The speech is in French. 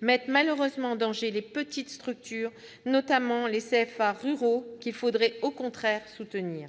mette malheureusement en danger les petites structures, notamment les CFA ruraux qu'il faudrait au contraire soutenir.